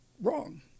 wrong